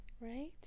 Right